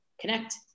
connect